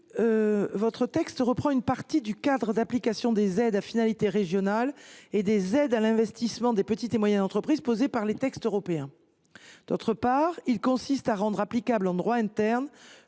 tend à reprendre une partie du cadre d’application des aides à finalité régionale et des aides à l’investissement des petites et moyennes entreprises définies par les textes européens. Par ailleurs, cet amendement vise à rendre applicable en droit interne